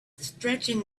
stretching